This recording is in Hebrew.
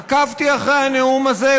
עקבתי אחרי הנאום הזה,